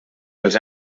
els